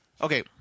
Okay